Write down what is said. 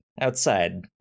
outside